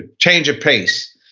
ah change of pace,